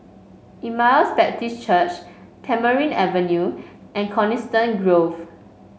Emmaus Baptist Church Tamarind Avenue and Coniston Grove